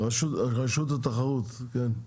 רשות התחרות, כן.